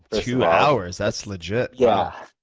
two hours? that's legit, yeah